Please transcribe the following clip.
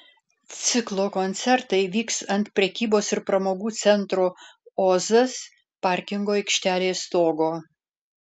ciklo koncertai vyks ant prekybos ir pramogų centro ozas parkingo aikštelės stogo